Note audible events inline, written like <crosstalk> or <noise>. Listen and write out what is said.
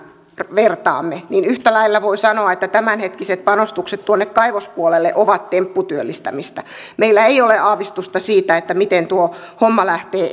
vertaamme niin yhtä lailla voi sanoa että tämänhetkiset panostukset tuonne kaivospuolelle ovat tempputyöllistämistä meillä ei ole aavistusta siitä miten tuo homma lähtee <unintelligible>